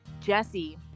Jesse